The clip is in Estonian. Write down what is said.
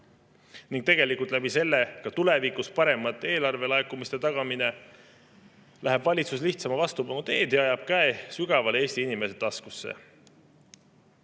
andmiseks ning selle kaudu tulevikus paremate eelarvelaekumiste tagamiseks, läheb valitsus lihtsama vastupanu teed ja ajab käe sügavale Eesti inimeste taskutesse.